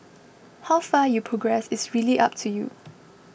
how far you progress is really up to you